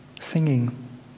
Singing